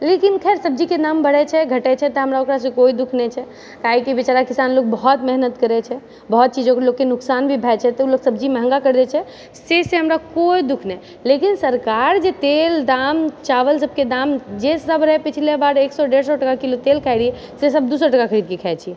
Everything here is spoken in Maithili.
लेकिन खैर सब्जीके दाम बढ़ै छै घटै छै तऽ हमरा ओकरासँ कोइ दुख नहि छै काहे कि बेचारा किसान लोग बहुत मेहनत करै छै बहुत चीज ओ लोगके नुकसान भी भए जाय छै तऽ ओइमे सब्जी महँगा करि दए छै से से हमरा कोइ दुख नहि लेकिन सरकार जे तेल दाम चावल सबके दाम जे सब रहै पिछले बार एक सए डेढ़ सए टाका किलो तेल खाय रहियै से सब दू सए टाका खरीद कऽ खाय छियै